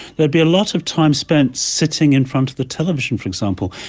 there'd be a lot of time spent sitting in front of the television, for example.